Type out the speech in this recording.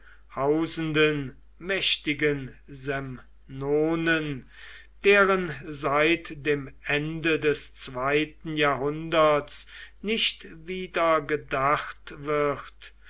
hausenden mächtigen semnonen deren seit dem ende des zweiten jahrhunderts nicht wieder gedacht wird